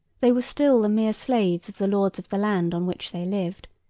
they were still the mere slaves of the lords of the land on which they lived,